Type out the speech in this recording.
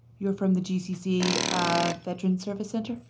you're from the gcc ah veterans service center.